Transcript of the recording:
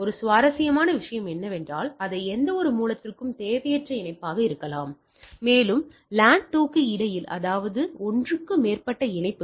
ஒரு சுவாரஸ்யமான விஷயம் என்னவென்றால் அவை எந்தவொரு மூலத்திற்கும் தேவையற்ற இணைப்பாக இருக்கலாம் மேலும் LAN2 க்கு இடையில் அதாவது ஒன்றுக்கு மேற்பட்ட இணைப்பு